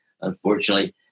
unfortunately